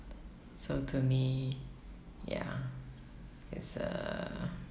so to me ya it's a